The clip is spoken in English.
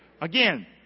Again